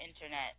internet